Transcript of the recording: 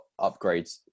upgrades